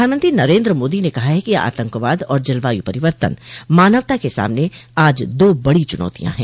प्रधानमंत्री नरेन्द्र मोदी ने कहा है कि आतंकवाद और जलवायु परिवर्तन मानवता के सामने आज दो बडो चुनौतियां हैं